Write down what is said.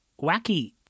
wacky